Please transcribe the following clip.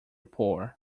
pore